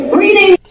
reading